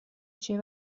چیه